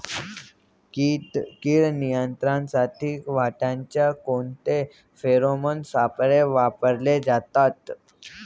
कीड नियंत्रणासाठी वाटाण्यात कोणते फेरोमोन सापळे वापरले जातात?